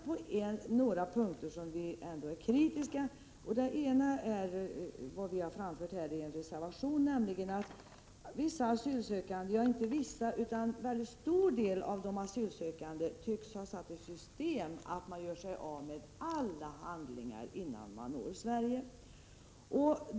På några punkter är vi ändå kritiska. Den ena gäller det som vi har framfört i en reservation, nämligen att en väldigt stor del av de asylsökande tycks ha satt i system att göra sig av med alla handlingar, innan man når Sverige.